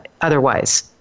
otherwise